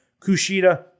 Kushida